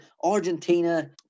Argentina